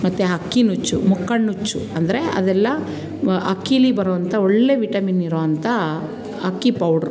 ಮತ್ತು ಅಕ್ಕಿ ನುಚ್ಚು ಮುಂಕ್ಕಣ್ ನುಚ್ಚು ಅಂದರೆ ಅದೆಲ್ಲ ಅಕ್ಕಿಯಲ್ಲಿ ಬರುವಂಥ ಒಳ್ಳೆಯ ವಿಟಮಿನ್ ಇರುವಂಥ ಅಕ್ಕಿ ಪೌಡ್ರು